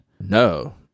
no